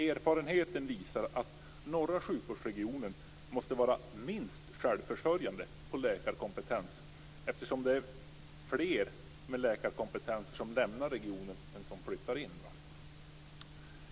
Erfarenheten visar att norra sjukvårdsregionen måste vara minst självförsörjande på läkarkompetens, eftersom det är fler med läkarkompetens som lämnar regionen än som flyttar in.